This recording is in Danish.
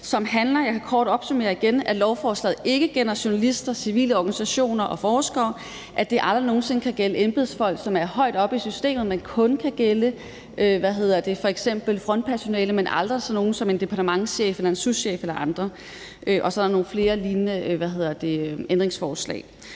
handler om – jeg kan kort opsummere det igen – at lovforslaget ikke gælder journalister, civile organisationer og forskere, og at det aldrig nogen sinde kan gælde embedsfolk, som er højt oppe i systemet, men kun kan gælde f.eks. frontpersonale, men aldrig sådan nogle som en departementschef, en souschef eller andre, og så er der nogle flere lignende ændringsforslag.